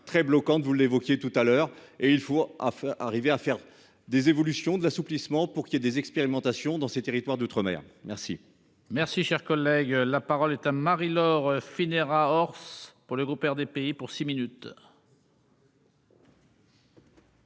très bloquant de vous l'évoquiez tout à l'heure et il faut à enfin arriver à faire des évolutions de l'assouplissement pour qu'il y ait des expérimentations dans ces territoires d'outre-mer merci.-- Merci, cher collègue, la parole est à Marie-. Laure Phinéra Horse, pour le groupe RDPI pour six minutes.--